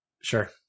Sure